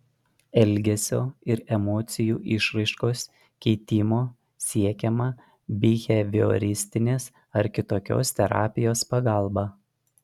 elgesio ir emocijų išraiškos keitimo siekiama bihevioristinės ar kitokios terapijos pagalba